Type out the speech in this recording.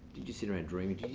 did you sit around dreaming?